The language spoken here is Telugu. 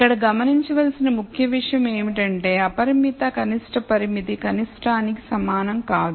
ఇక్కడ గమనించవలసిన ముఖ్య విషయం ఏమిటంటే అపరిమిత కనిష్టత పరిమితి కనిష్టానికి సమానం కాదు